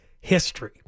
history